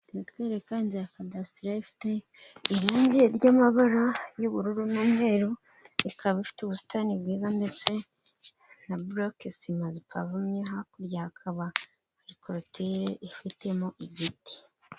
Bari kutwereka inzu ya kadasiteri ifite irange ry'amara y'ubururu n'umweru, ikaba ifite ubusitani bwiza ndetse na buruke sima zipavomye ndetse hakurya hakaba hari korutire ifitemo igiti.